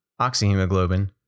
oxyhemoglobin